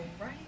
right